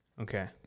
Okay